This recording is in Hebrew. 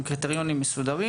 עם קריטריונים מסודרים: